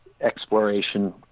exploration